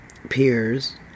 Peers